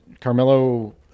Carmelo